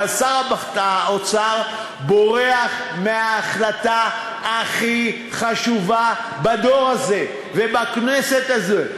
שר האוצר בורח מההחלטה הכי חשובה בדור הזה ובכנסת הזאת.